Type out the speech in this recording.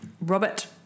Robert